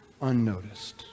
unnoticed